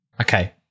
Okay